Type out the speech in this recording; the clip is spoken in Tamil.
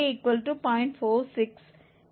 46